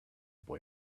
boy